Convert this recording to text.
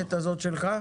--- המצגת הזאת שלך?